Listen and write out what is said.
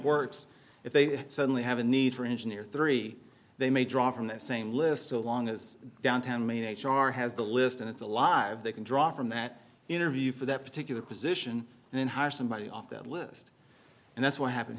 works if they suddenly have a need for engineer three they may draw from the same list along as downtown main h r has the list and it's alive they can draw from that interview for that particular position and then hire somebody off that list and that's what happened